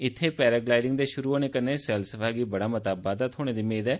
इत्थे पैरागलाईडिंग दे श्रु होने कन्नै सैलसफा गी बड़ा मता बाद्दा थ्होने दी मेद ऐ